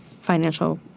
financial